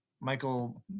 Michael